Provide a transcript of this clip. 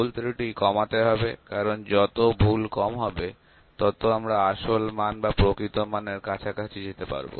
ভুলত্রুটি কমাতে হবে কারণ যত ত্রুটি কম হবে তত আমরা আসল মান বা প্রকৃত মানের কাছাকাছি যেতে পারবো